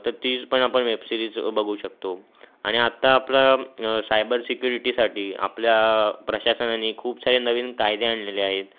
तर तीज पण आपण वेब सिरीज बघू शकतो आणि आत्ता आपला सायबर सिक्युरिटीसाठी आपल्या प्रशासनानी खूप सारे नवीन कायदे आणलेले आहेत